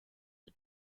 the